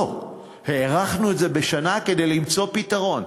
לא, הארכנו את זה בשנה כדי למצוא פתרון.